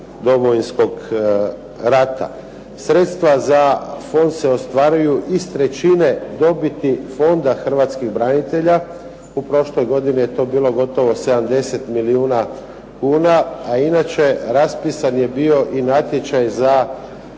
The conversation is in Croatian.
Domovinskog rada. Sredstva za fond se ostvaruju iz trećine dobiti Fonda Hrvatskih branitelja. U prošloj godini je to bilo gotovo 70 milijuna kuna. A inače raspisan je bio i natječaj za